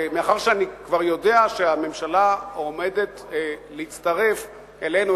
מאחר שאני כבר יודע שהממשלה עומדת להצטרף אלינו,